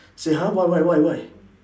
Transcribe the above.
say !huh! why why why why